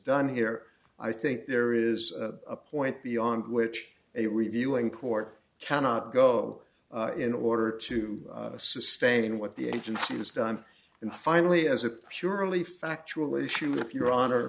done here i think there is a point beyond which it reviewing court cannot go in order to sustain what the agency has done and finally as a purely factual issue if your honor